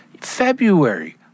February